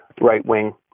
right-wing